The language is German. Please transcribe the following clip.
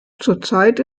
zurzeit